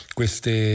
queste